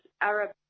Arab